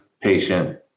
patient